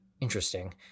interesting